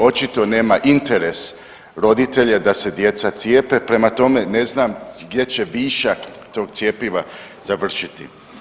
Očito nema interes roditelja da se djeca cijepe, prema tome ne znam gdje će višak tog cjepiva završiti.